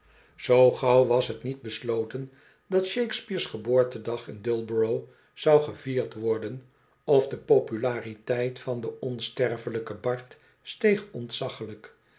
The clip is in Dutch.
zoo gauw was t niet besloten dat shakespeare's geboortedag in dullborough zou gevierd worden of de populariteit van den onsterfelijken bard steeg ontzaglijk